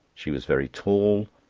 she was very tall,